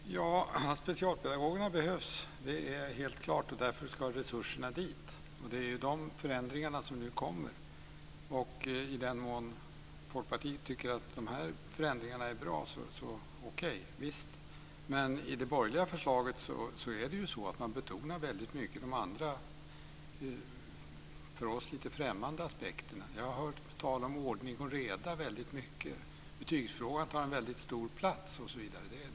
Fru talman! Specialpedagogerna behövs. Det är helt klart. Därför ska resurserna dit. Det är de förändringarna som nu kommer. I den mån Folkpartiet tycker att de förändringarna är bra - okej, visst. Men i det borgerliga förslaget betonar man de andra, för oss lite främmande aspekterna. Jag har hört väldigt mycket tal om ordning och reda. Betygsfrågan tar en väldigt stor plats.